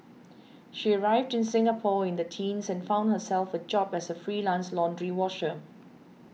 she arrived in Singapore in the teens and found herself a job as a freelance laundry washer